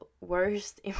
worst